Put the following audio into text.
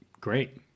Great